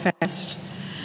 fast